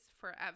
forever